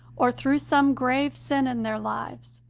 or through some grave sin in their lives,